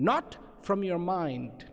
not from your mind